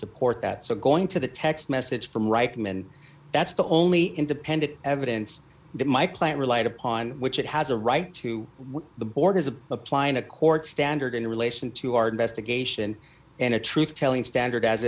support that so going to the text message from reichman that's the only independent evidence that my plan relied upon which it has a right to the borders of applying a court standard in relation to our investigation and a truth telling standard as